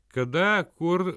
kada kur